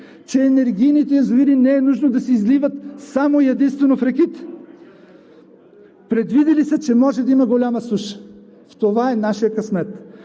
че енергийните язовири не е нужно да се изливат само и единствено в реките. Предвидили са, че може да има голя суша. В това е нашият късмет.